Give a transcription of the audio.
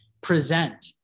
present